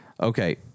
Okay